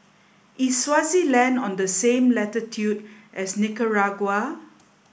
is Swaziland on the same latitude as Nicaragua